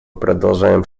продолжаем